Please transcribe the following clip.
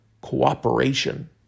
cooperation